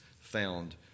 found